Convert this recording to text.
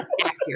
Accurate